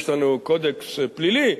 יש לנו קודקס פלילי,